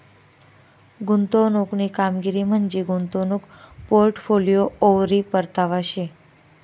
गुंतवणूकनी कामगिरी म्हंजी गुंतवणूक पोर्टफोलिओवरी परतावा शे